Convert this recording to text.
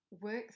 work